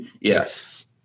Yes